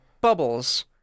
Bubbles